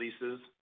leases